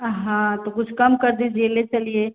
हाँ तो कुछ कम कर दीजिए ले चलिए